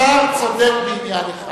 השר צודק בעניין אחד: